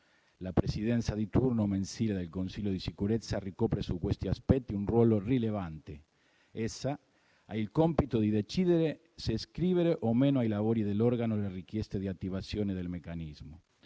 La Presidenza di turno mensile del Consiglio di sicurezza ricopre su questi aspetti un ruolo rilevante. Essa ha il compito di decidere se iscrivere o meno ai lavori dell'organo le richieste di attivazione del meccanismo.